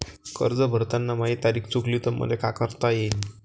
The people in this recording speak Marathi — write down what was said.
कर्ज भरताना माही तारीख चुकली तर मले का करता येईन?